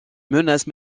menace